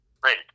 Great